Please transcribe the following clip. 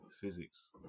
physics